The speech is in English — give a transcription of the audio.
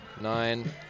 Nine